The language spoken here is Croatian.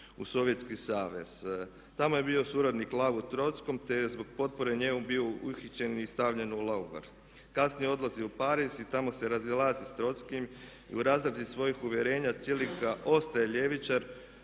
u Sovjetski Savez. Tamo je bio suradnik Lavu Trockom, te je zbog potpore njemu bio uhićen i stavljen u logor. Kasnije odlazi u Pariz i tamo se razilazi s Trockim i u razradi svojih uvjerenja ostaje ljevičar.